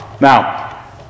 Now